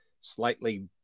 slightly